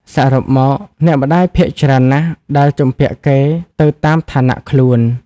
សរុបមក អ្នកម្ដាយភាគច្រើនណាស់ដែលជំពាក់គេទៅតាមឋានៈខ្លួន ៕